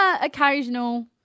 Occasional